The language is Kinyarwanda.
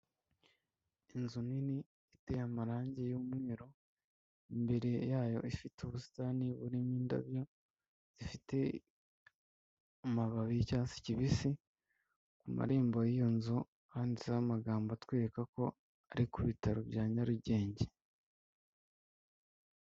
Inzu nini iteye amarange y'umweru, imbere yayo ifite ubusitani burimo indabyo zifite amababi y'icyatsi kibisi, ku marembo y'iyo nzu handitseho amagambo atwereka ko ari ku bitaro bya Nyarugenge.